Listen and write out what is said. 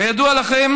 כידוע לכם,